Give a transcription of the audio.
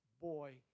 boy